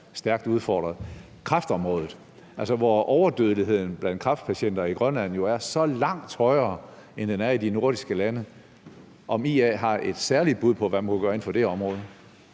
stærkt udfordret. Det er kræftområdet, hvor overdødeligheden blandt kræftpatienter i Grønland jo er så langt højere, end den er i de nordiske lande. Har IA et særligt bud på, hvad man kunne gøre inden for det område?